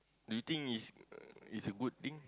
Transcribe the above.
you think it's uh it's a good thing